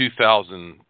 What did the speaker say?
2000